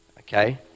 Okay